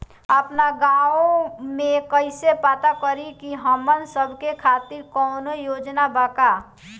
आपन गाँव म कइसे पता करि की हमन सब के खातिर कौनो योजना बा का?